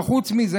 וחוץ מזה,